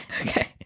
okay